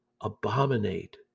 abominate